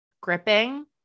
gripping